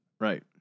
right